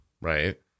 Right